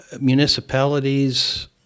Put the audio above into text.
Municipalities